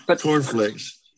cornflakes